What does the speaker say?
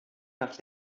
nach